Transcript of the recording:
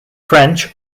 french